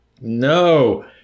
no